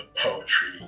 poetry